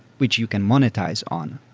which you can monetize on.